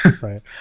right